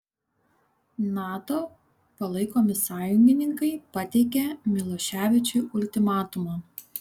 nato palaikomi sąjungininkai pateikė miloševičiui ultimatumą